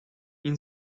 این